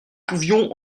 pouvions